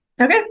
Okay